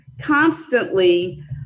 constantly